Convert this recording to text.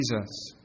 Jesus